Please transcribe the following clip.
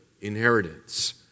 inheritance